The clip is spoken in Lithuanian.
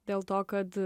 dėl to kad